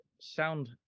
sound